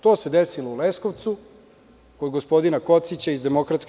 To se desilo u Leskovcu kod gospodina Kocića iz DS.